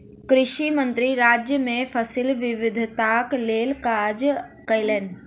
कृषि मंत्री राज्य मे फसिल विविधताक लेल काज कयलैन